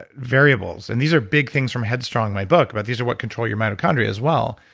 variables, and these are big things from headstrong, my book, but these are what control your mitochondria as well.